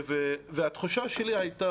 התחושה שלי היתה